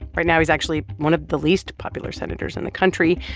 right now, he's actually one of the least popular senators in the country.